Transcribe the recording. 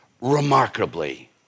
remarkably